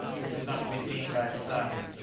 which was not to be seen by its side.